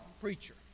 preacher